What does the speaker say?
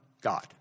god